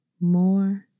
more